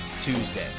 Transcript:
Tuesday